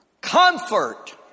comfort